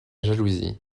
jalousie